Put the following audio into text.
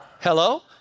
Hello